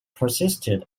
persisted